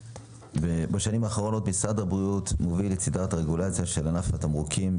בשנים האחרונות משרד הבריאות מוביל סדרת רגולציה של ענף התמרוקים,